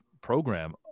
program